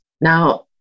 Now